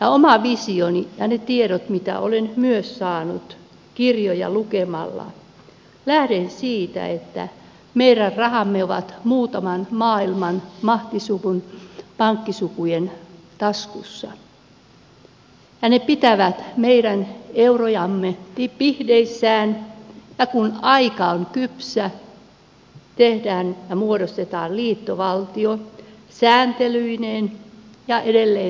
oma visioni ja ne tiedot mitä olen saanut myös kirjoja lukemalla lähtee siitä että meidän rahamme ovat muutaman maailman mahtisuvun pankkisuvun taskussa ja ne pitävät meidän eurojamme pihdeissään ja kun aika on kypsä tehdään ja muodostetaan liittovaltio sääntelyineen ja edelleen sääntelyineen